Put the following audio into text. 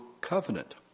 covenant